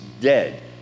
Dead